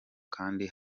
kandi